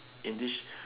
in this